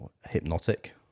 hypnotic